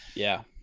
yeah,